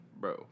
Bro